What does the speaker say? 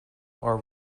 are